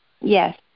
Yes